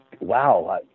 wow